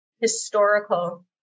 historical